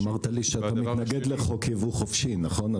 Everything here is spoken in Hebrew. אמרת לי שאתה מתנגד לחוק יבוא חופשי, נכון?